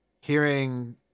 hearing